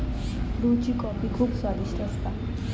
ब्रुची कॉफी खुप स्वादिष्ट असता